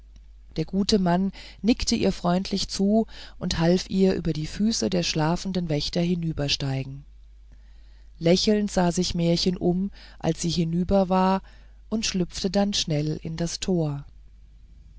der gute mann nickte ihr freundlich zu und half ihr über die füße der schlafenden wächter hinübersteigen lächelnd sah sich märchen um als sie hinüber war und schlüpfte dann schnell in das tor